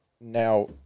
now